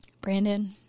Brandon